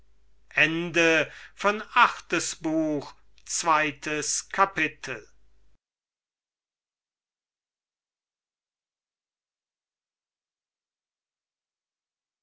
achtes buch erstes kapitel